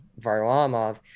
varlamov